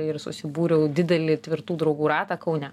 ir susibūriau didelį tvirtų draugų ratą kaune